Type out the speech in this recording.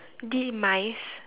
demise